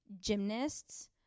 gymnasts